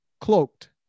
cloaked